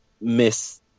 miss